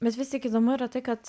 bet vis tiek įdomu yra tai kad